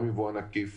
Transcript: גם יבואן עקיף